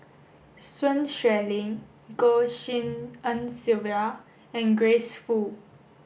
Sun Xueling Goh Tshin En Sylvia and Grace Fu